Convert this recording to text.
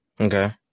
okay